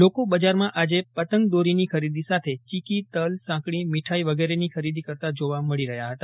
લોકો બજારમાં આજે પતંગ દોરીની ખરીદી સાથે ચીકી તલ સાકળી મીઠાઈ વગેરેની ખરીદી કરતાં જોવા મળી રહયાં છે